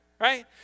right